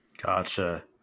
Gotcha